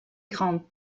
grant